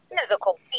physical